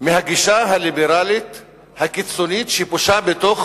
מהגישה הליברלית הקיצונית שפושה בתוך